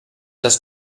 das